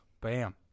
Bam